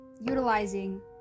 utilizing